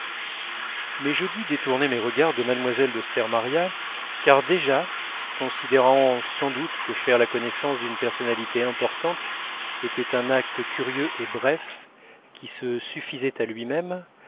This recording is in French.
mais je dus détourner mes regards de mlle de stermaria car déjà considérant sans doute que faire la connaissance d'une personnalité importante était un acte curieux et bref qui se suffisait à lui-même